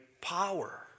power